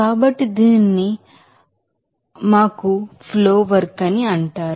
కాబట్టి దీనిని మాకు ఫ్లో వర్క్ అని అంటారు